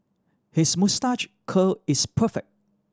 his moustache curl is perfect